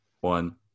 one